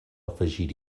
afegir